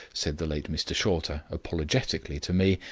said the late mr shorter apologetically to me,